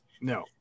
no